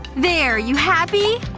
there, you happy?